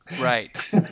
Right